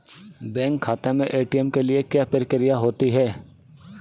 Bank खाते में ATM के लिए क्या प्रक्रिया होती है?